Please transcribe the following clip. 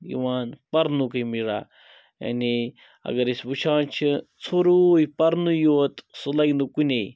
یِوان پَرنُکے یعنی اگر أسۍ وٕچھان چھِ ژھوٚروٗے پَرنُے یوت سُہ لَگہِ نہٕ کُنے